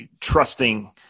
trusting